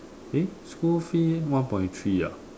eh school fee eh one point three ah